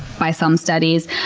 by some studies,